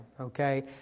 okay